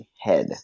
head